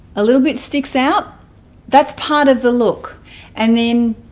a little bit sticks out that's part of the look and then